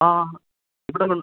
ആ ഇവിടെ നിന്ന്